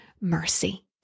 mercy